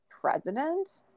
president